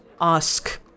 ask